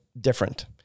different